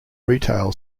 retail